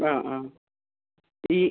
ആ ആ ഈ